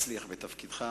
שתצליח בתפקידך.